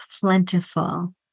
plentiful